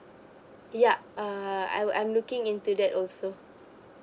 yup err I'm I'm looking into that also